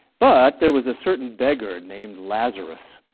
but there was a certain beggar named lazarus,